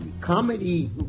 comedy